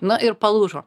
na ir palūžo